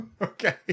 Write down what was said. okay